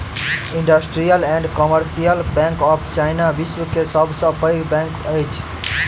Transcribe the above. industrial and commercial bank of China, विश्व के सब सॅ पैघ बैंक अछि